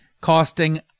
costing